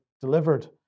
delivered